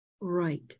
Right